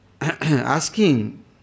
Asking